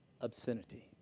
obscenity